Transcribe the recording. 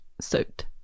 suit